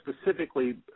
specifically